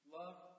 love